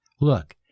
Look